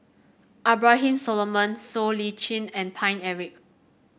Abraham Solomon Siow Lee Chin and Paine Eric